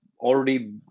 already